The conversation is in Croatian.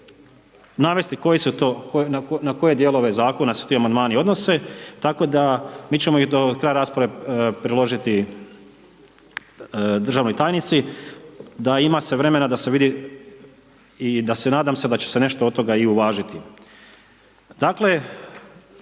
su to, na koje dijelove zakona se ti amandmani odnose tako da mi ćemo ih do kraja rasprave priložiti državnoj tajnici da ima se vremena da se vidi i da se, nadam se da će se nešto od toga i uvažiti. Dakle